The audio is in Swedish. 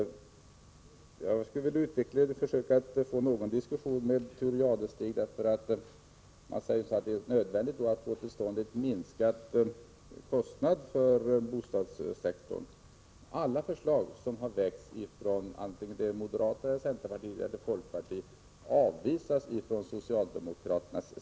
Jag skulle vilja få en diskussion med Thure Jadestig om detta som han säger om att det är nödvändigt att få till stånd en minskad kostnad för bostadssektorn. Alla förslag som har väckts av moderaterna, centern och folkpartiet avvisas av socialdemokraterna.